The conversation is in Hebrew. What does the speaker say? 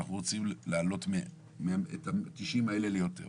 אנחנו רוצים להעלות את ה-90 האלה ליותר.